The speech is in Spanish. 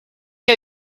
que